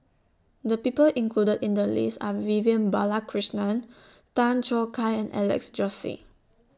The People included in The list Are Vivian Balakrishnan Tan Choo Kai and Alex Josey